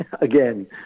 again